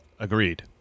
Agreed